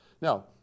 Now